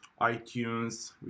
iTunes